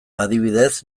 adibidez